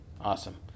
Awesome